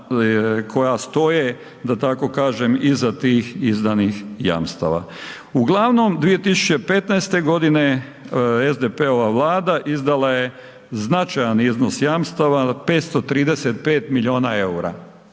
koja stoje da tako kažem iza tih izdanih jamstava. Uglavnom 2015. godine SDP-ova vlada izdala je značajan iznos jamstava 535 milijuna eura,